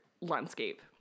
landscape